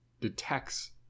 detects